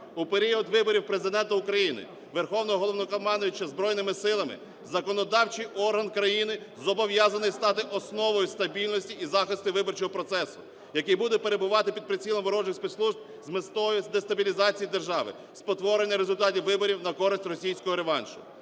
У період виборів Президента України, Верховного Головнокомандувача Збройними Силами, законодавчий орган країни зобов'язаний стати основою стабільності і захисту виборчого процесу, який буде перебувати під прицілом ворожих спецслужб з метою дестабілізації держави, спотворення результатів виборів на користь російського реваншу.